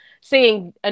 seeing